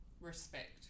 respect